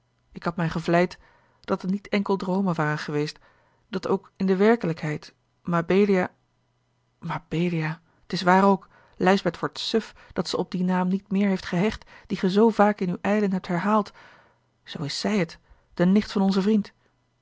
ik had mij gevleid dat het niet enkel droomen waren geweest dat ook in de werkelijkheid mabelia mabelia t is waar ook lijsbeth wordt suf dat ze op dien naam niet meer heeft gehecht dien ge zoo vaak in uw ijlen hebt herhaald zoo is zij het de nicht van onzen vriend